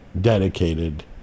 dedicated